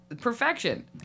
perfection